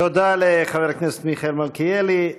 תודה לחבר הכנסת מיכאל מלכיאלי.